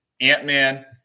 Ant-Man